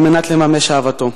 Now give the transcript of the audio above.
על מנת לממש אהבתו.